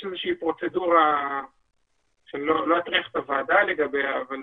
יש איזושהי פרוצדורה שאני לא אטריח את הוועדה לגביה אבל